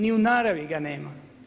Ni u naravi ga nema.